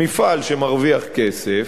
מפעל שמרוויח כסף,